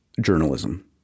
journalism